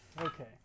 Okay